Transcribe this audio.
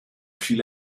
fiel